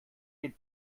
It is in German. den